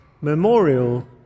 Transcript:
memorial